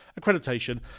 accreditation